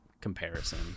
comparison